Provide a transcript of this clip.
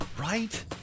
Right